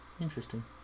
Interesting